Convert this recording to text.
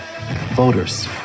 Voters